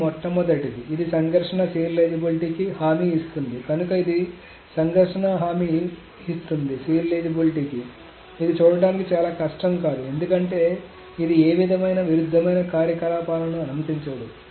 ఇది మొట్టమొదటిది ఇది సంఘర్షణ సీరియలైజబిలిటీకి హామీ ఇస్తుంది కనుక ఇది సంఘర్షణ హామీ ఇస్తుంది సీరియలైజబిలిటీ కి ఇది చూడటానికి చాలా కష్టం కాదు ఎందుకంటే ఇది ఏ విధమైన విరుద్ధమైన కార్యకలాపాలను అనుమతించదు